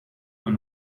coi